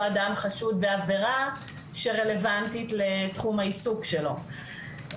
אדם חשוד בעבירה שרלוונטית לתחום העיסוק שלו.